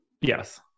Yes